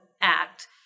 act